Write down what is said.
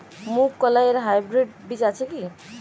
মুগকলাই এর হাইব্রিড বীজ আছে কি?